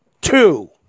Two